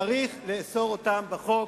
וצריך לאסור אותם בחוק.